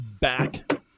back